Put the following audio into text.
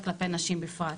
וכלפי נשים בפרט.